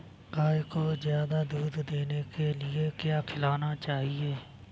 गाय को ज्यादा दूध देने के लिए क्या खिलाना चाहिए?